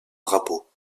drapeau